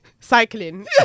cycling